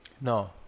No